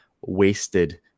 wasted